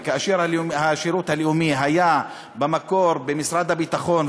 וכאשר השירות הלאומי היה במקור במשרד הביטחון,